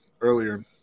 earlier